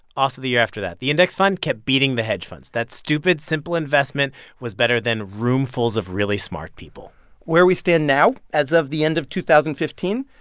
also the year after that. the index fund kept beating the hedge funds. that stupid, simple investment was better than roomfuls of really smart people where we stand now, as of the end of two thousand and fifteen,